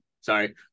sorry